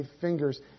fingers